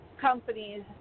companies